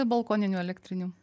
balkoninių elektrinių